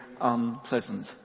unpleasant